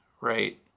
right